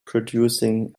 producing